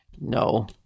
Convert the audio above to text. No